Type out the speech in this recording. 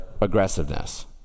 aggressiveness